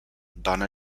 dona